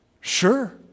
Sure